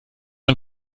man